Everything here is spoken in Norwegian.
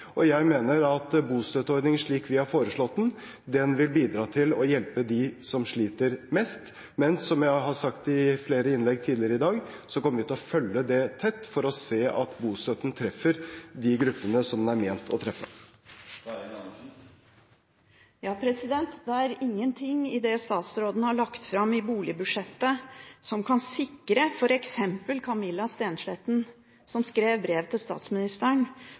Jeg mener også at bostøtteordningen slik vi har foreslått den, vil bidra til å hjelpe dem som sliter mest. Men som jeg har sagt i flere innlegg tidligere i dag, kommer vi til å følge det tett for å se at bostøtten treffer de gruppene som den er ment å treffe. Det er ingen ting i det statsråden har lagt fram i boligbudsjettet, som kan sikre f.eks. Camilla Stensletten, som skrev brev til statsministeren